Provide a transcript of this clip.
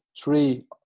three